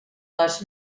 les